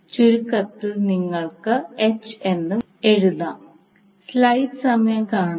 ചുരുക്കത്തിൽ നിങ്ങൾക്ക് എച്ച് എന്ന് എഴുതാം